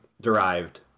derived